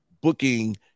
booking